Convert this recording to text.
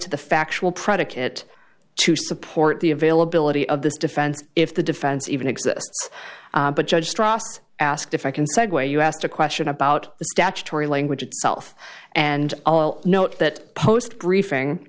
to the factual predicate to support the availability of this defense if the defense even exists but judge droste asked if i can segue you asked a question about the statutory language itself and i'll note that post briefing